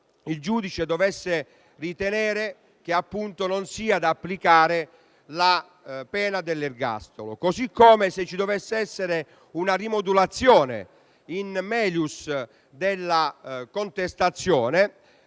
il giudice dovesse ritenere che non sia da applicare la pena dell'ergastolo; così come se ci dovesse essere una rimodulazione *in* *melius* della contestazione,